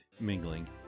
mingling